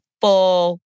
full